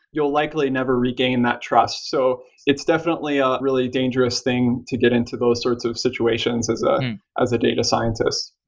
you'll likely never regain that trust. so it's definitely a really dangerous thing to get into those sorts of situations as ah as data scientist.